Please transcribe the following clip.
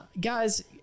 Guys